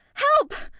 help!